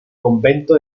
convento